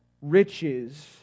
riches